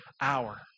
hour